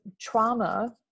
trauma